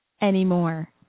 anymore